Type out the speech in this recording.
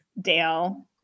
dale